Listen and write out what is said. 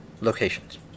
locations